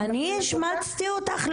אני השמצתי אותך?